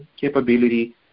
capability